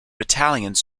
battalions